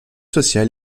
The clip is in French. social